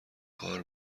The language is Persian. کار